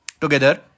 Together